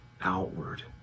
outward